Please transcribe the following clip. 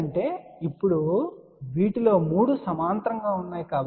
ఎందుకంటే ఇప్పుడు వీటిలో 3 సమాంతరంగా ఉన్నాయి